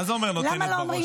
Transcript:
מה זה אומר נותנת בראש, אורית?